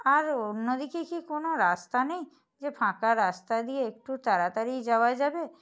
আর অন্যদিকে কি কোনো রাস্তা নেই যে ফাঁকা রাস্তা দিয়ে একটু তাড়াতাড়ি যাওয়া যাবে